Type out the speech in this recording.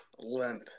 limp